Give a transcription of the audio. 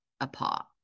apart